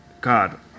God